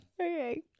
Okay